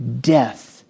death